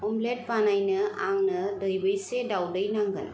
omelette बानायनो आंनो दैबेसे दाउदै नांगोन